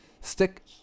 stick